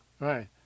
right